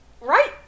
Right